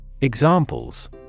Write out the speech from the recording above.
Examples